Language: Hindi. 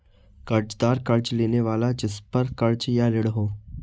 कर्ज़दार कर्ज़ लेने वाला जिसपर कर्ज़ या ऋण हो